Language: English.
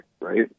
right